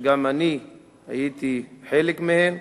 שגם אני הייתי חלק מהן,